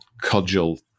cudgel